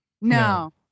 No